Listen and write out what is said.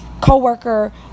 co-worker